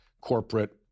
corporate